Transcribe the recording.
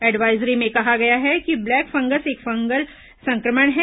advisory में कहा गया है कि ब्लैक फंगस एक फंगल संक्रमण है